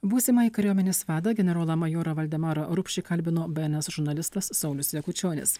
būsimąjį kariuomenės vadą generolą majorą valdemarą rupšį kalbino bns žurnalistas saulius jakučionis